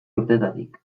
urtetatik